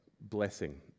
blessing